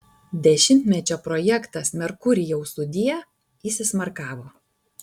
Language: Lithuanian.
dešimtmečio projektas merkurijau sudie įsismarkavo